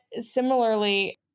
similarly